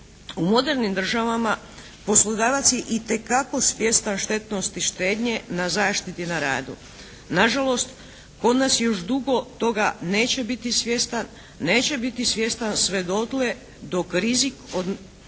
U modernim državama poslodavaca je itekako svjestan štetnosti štednje na zaštiti na radu. Nažalost kod nas još dugo toga neće biti svjestan, neće biti svjestan